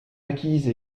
acquise